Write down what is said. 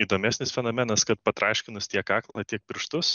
įdomesnis fenomenas kad patraškinus tiek kaklą tiek pirštus